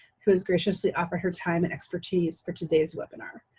who has graciously offered her time and expertise for today's webinar.